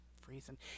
freezing